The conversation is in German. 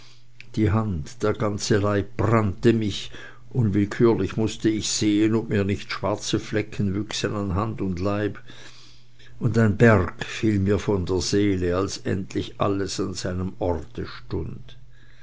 die hand der ganze leib brannte mich unwillkürlich mußte ich sehen ob mir nicht schwarze flecken wüchsen an hand und leib und ein berg fiel mir von der seele als endlich alles an seinem orte stund